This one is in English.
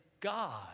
God